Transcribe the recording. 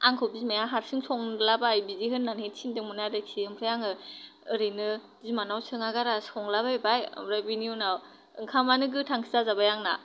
आंखौ बिमाया हारसिं संलाबाय बिदि होननानै थिनदोंमोन आरोखि ओमफ्राय आङो ओरैनो बिमानाव सोङागारा संलाबायबाय ओमफ्राय बिनि उनाव ओंखामानो गोथांसो जाजाबाय आंना